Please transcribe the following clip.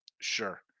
sure